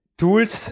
tools